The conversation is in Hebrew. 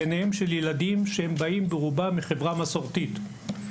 בעיניהם של ילדים שבאים ברובם מחברה מסורתית.